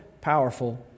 powerful